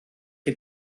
chi